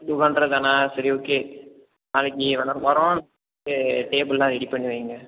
இது பண்ணுறது தானா சரி ஓகே நாளைக்கு எல்லாரும் வரோம் டே டேபிள்லாம் ரெடி பண்ணி வைங்க